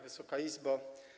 Wysoka Izbo!